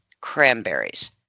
cranberries